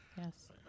yes